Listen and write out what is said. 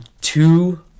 two